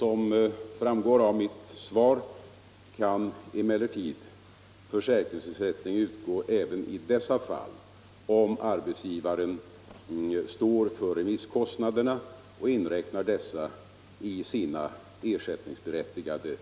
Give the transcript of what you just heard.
Som framgår av mitt svar kan emellertid försäkringsersättning utgå även i dessa fall om arbetsgivaren står för remisskostnaderna och inräknar dessa i sina ersättningsberättigade